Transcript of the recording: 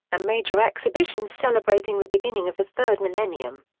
a major exhibition celebrating the beginning of the third millennium.